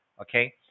okay